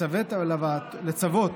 לצוות